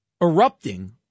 erupting